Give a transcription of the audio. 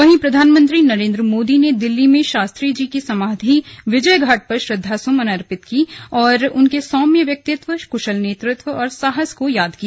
वहीं प्रधानमंत्री नरेंद्र मोदी ने दिल्ली में शास्त्री जी की समाधि विजयघाट पर श्रद्वासुमन अर्पित किए और उनके सौम्य व्यक्तित्व कुशल नेतृत्व और साहस को याद किया